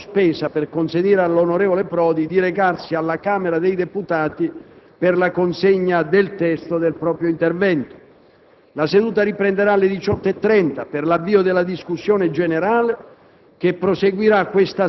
la seduta sarà sospesa per consentire all'onorevole Prodi di recarsi alla Camera dei deputati per la consegna del testo del proprio intervento. La seduta riprenderà alle ore 18,30 per l'avvio della discussione generale